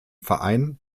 verein